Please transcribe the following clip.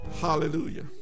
Hallelujah